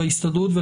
ההסתדרות החדשה.